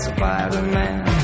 Spider-Man